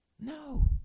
No